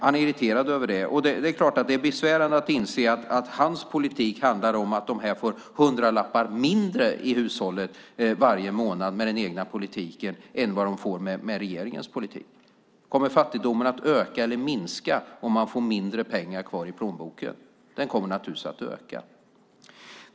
Han är irriterad över det, och det är förstås besvärande att inse att hans politik innebär att dessa människor varje månad får färre hundralappar till hushållet jämfört med vad de får med regeringens politik. Kommer fattigdomen att öka eller minska om man får mindre pengar kvar i plånboken? Den kommer naturligtvis att öka.